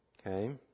Okay